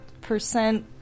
Percent